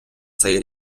цей